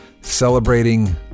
celebrating